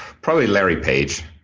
probably larry page.